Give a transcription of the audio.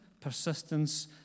persistence